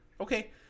Okay